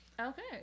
okay